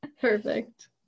Perfect